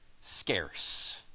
scarce